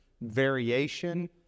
variation